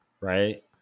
right